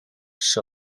设备